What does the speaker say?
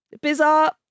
Bizarre